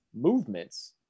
movements